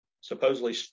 supposedly